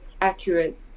accurate